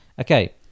Okay